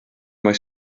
mae